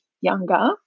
younger